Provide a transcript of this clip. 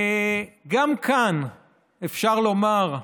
גם כאן אפשר לומר,